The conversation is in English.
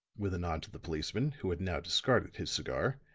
with a nod to the policeman, who had now discarded his cigar,